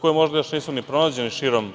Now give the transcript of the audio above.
koji možda još nisu ni pronađeni širom